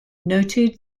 noted